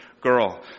girl